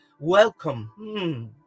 Welcome